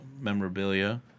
memorabilia